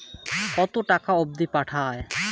কতো টাকা অবধি পাঠা য়ায়?